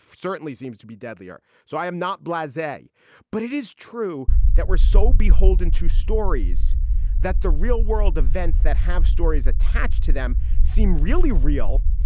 certainly seems to be deadlier. so i am not blase, but it is true that we're so beholden to stories that the real world events that have stories attached to them seem really real.